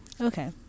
Okay